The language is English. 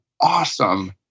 awesome